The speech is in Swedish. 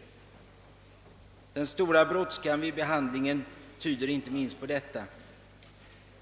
Inte minst den stora brådskan vid behandlingen tyder härpå.